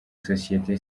sosiyete